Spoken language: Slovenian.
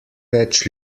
več